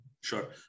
Sure